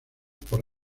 por